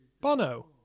Bono